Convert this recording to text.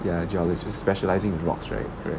ya geologists specializing in rocks right 对